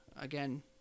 again